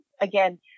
again